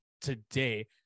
today